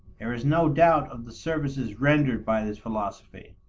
there is no doubt of the services rendered by this philosophy.